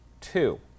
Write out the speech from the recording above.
Two